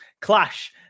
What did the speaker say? clash